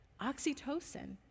oxytocin